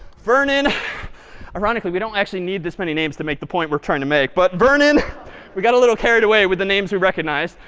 vernon ironically, we don't actually need this many names to make the point we're trying to make. but vernon we got a little carried away with the names we recognized.